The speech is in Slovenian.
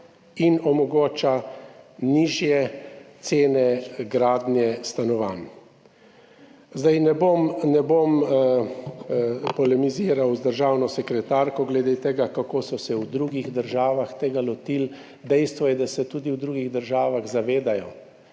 in omogoča nižje cene gradnje stanovanj. Ne bom polemiziral z državno sekretarko glede tega, kako so se tega lotili v drugih državah. Dejstvo je, da se tudi v drugih državah zavedajo,